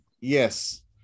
Yes